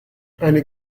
eine